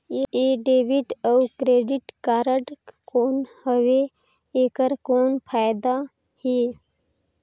ये डेबिट अउ credit card कौन हवे एकर कौन फाइदा हे?